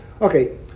Okay